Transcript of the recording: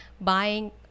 buying